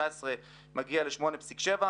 שב-2019 הקיצוץ המצטבר מגיע ל-8.7%,